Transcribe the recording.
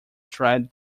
tread